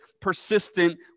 persistent